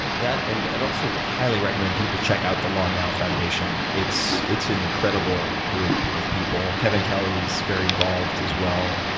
that, and i'd also highly recommend people check out the long now foundation. it's it's an incredible group of people. kevin kelly is very involved as well.